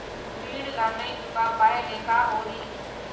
ऋण ला नई चुका पाय ले का होही?